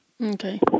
Okay